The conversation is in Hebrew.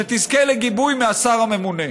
ואסור שתזכה לגיבוי מהשר הממונה.